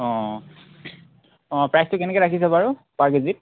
অঁ অঁ প্ৰাইচটো কেনেকৈ ৰাখিছে বাৰু পাৰ কেজিত